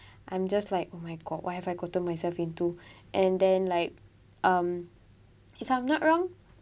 I'm just like oh my god what have I gotten myself into and then like um if I'm not wrong